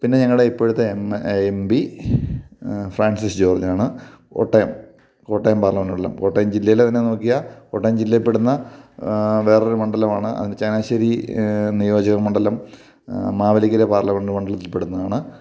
പിന്നെ ഞങ്ങളുടെ ഇപ്പോഴത്തെ എം പി ഫ്രാൻസിസ് ജോർജാണ് കോട്ടയം കോട്ടയം പാർലമെൻ്റിലുള്ള കോട്ടയം ജില്ലയിലെ തന്നെ നോക്കിയാൽ കോട്ടയം ജില്ലയിൽപ്പെടുന്ന വേറെയൊരു മണ്ഡലമാണ് അതിൻ്റെ ചങ്ങനാശ്ശേരി നിയോജകമണ്ഡലം മാവേലിക്കര പാർലമെൻ്റ് മണ്ഡലത്തിൽ പെടുന്നതാണ്